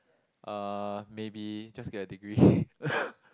uh maybe just get a degree